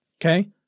Okay